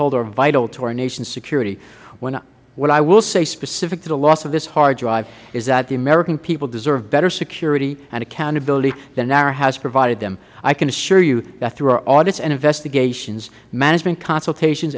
hold are vital to our nation's security what i will say specific to the loss of this hard drive is that the american people deserve better security and accountability than nara has provided them i can assure you that through our audits and investigations management consultation